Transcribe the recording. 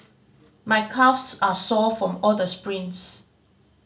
my calves are sore from all the sprints